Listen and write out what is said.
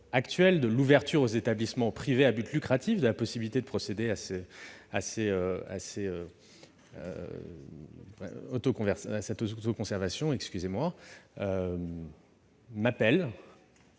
avez voté l'ouverture aux établissements privés à but lucratif de la possibilité de procéder à l'autoconservation. Ces